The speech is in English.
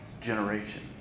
generation